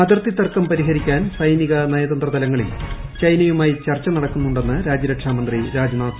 അതിർത്തി തർക്കം പരിഹരിക്കാൻ സൈനിക നയതന്ത്ര തലങ്ങളിൽ ചൈനയുമായി ചർച്ച നടക്കുന്നുണ്ടെന്ന് രാജ്യരക്ഷാ മന്ത്രി രാജ്നാഥ് സിംഗ്